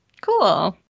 Cool